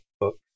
book